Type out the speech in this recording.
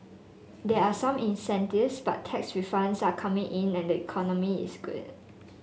there are some incentives but tax refunds are coming in and the economy is good